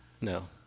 no